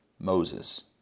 Moses